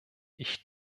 ich